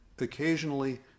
Occasionally